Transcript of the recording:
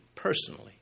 personally